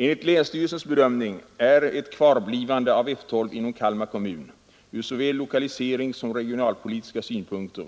Enligt länsstyrelsens bedömning är ett kvarblivande av F 12 inom Kalmar kommun ur såväl lokaliseringssom regionalpolitiska synpunkter,